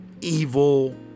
evil